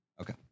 Okay